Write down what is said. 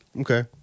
Okay